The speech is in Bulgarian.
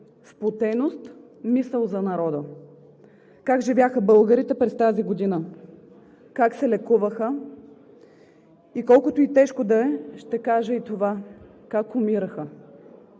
сплотеност, мисъл за народа. Как живяха българите през тази година? Как се лекуваха? И колкото и тежко да е, ще кажа и това: как умираха?